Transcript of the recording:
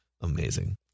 Amazing